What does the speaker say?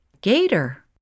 Gator